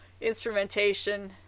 instrumentation